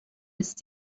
ist